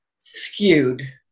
skewed